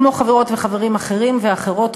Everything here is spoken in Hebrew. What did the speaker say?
כמו חברות וחברים אחרים ואחרות,